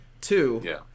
Two